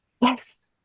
Yes